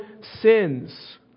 sins